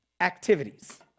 activities